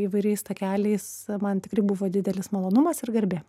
įvairiais takeliais man tikrai buvo didelis malonumas ir garbė